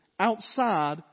outside